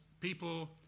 people